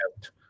out